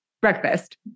Breakfast